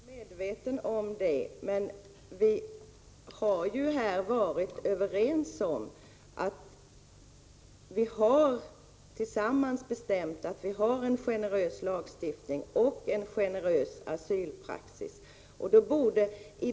Herr talman! Jag är medveten om det. Men vi har ju varit överens om och bestämt att vår lagstiftning och asylpraxis skall vara generösa.